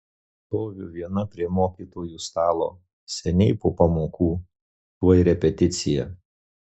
stoviu viena prie mokytojų stalo seniai po pamokų tuoj repeticija